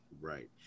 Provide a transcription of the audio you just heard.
Right